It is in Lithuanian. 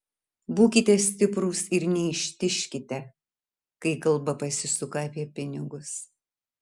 būkite stiprūs ir neištižkite kai kalba pasisuka apie pinigus